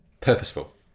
purposeful